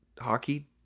Hockey